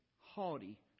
haughty